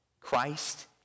Christ